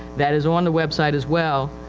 that is on the website as well,